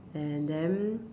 and then